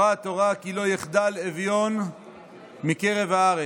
אמרה התורה: "כי לא יחדל אביון מקרב הארץ".